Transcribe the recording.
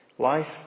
Life